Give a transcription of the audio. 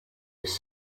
his